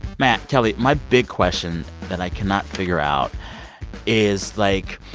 matt, kelly, my big question that i cannot figure out is, like,